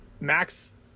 Max